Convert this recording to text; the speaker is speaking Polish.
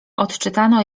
odczytano